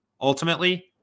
ultimately